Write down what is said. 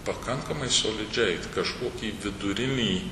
pakankamai solidžiai kažkokį vidurinį